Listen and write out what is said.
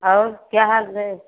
और क्या हाल है